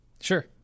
Sure